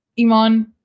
Iman